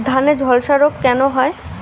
ধানে ঝলসা রোগ কেন হয়?